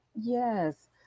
Yes